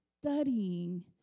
studying